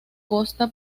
costa